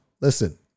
listen